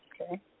okay